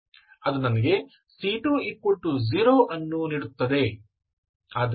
ಅದು ನನಗೆ c20 ಅನ್ನು ನೀಡುತ್ತದೆ